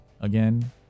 Again